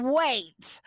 wait